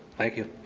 thank you.